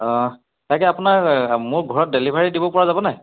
অঁ তাকে আপোনাৰ মোৰ ঘৰত ডেলিভাৰী দিব পৰা যাবনে